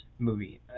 movie